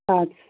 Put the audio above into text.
اَدٕ سا